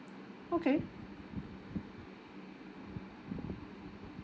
okay